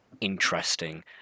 interesting